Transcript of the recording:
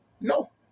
No